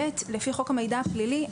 לפי חוק המידע הפלילי,